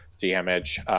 damage